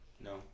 No